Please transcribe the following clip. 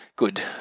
good